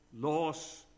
loss